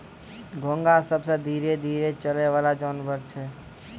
घोंघा सबसें धीरे चलै वला जानवर होय छै